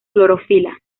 clorofila